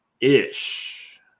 Ish